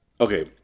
Okay